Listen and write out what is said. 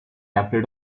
afraid